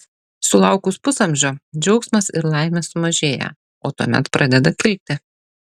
sulaukus pusamžio džiaugsmas ir laimė sumažėja o tuomet pradeda kilti